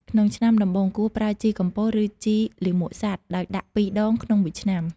ក្នុងឆ្នាំដំបូង គួរប្រើជីកំប៉ុស្តិ៍ ឬជីលាមកសត្វ ដោយដាក់ ២ ដងក្នុងមួយឆ្នាំ។